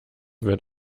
wird